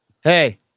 hey